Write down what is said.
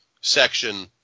section